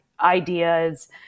ideas